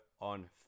on